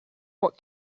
what